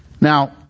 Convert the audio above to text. Now